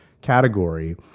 category